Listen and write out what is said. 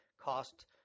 cost